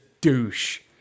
douche